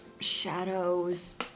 Shadows